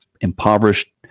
impoverished